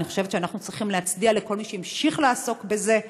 ואני חושבת שאנחנו צריכים להצדיע לכל מי שהמשיך לעסוק בזה,